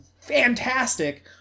fantastic